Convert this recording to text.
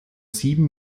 sieben